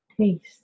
taste